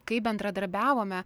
kai bendradarbiavome